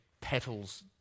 petals